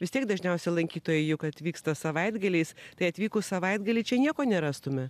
vis tiek dažniausiai lankytojai juk atvyksta savaitgaliais tai atvykus savaitgalį čia nieko nerastume